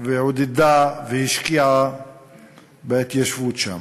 עודדה והשקיעה בהתיישבות שם.